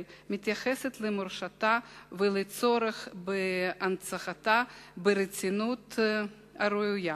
מתייחסת למורשתה ולצורך בהנצחתה ברצינות הראויה.